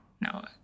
No